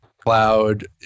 cloud